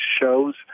shows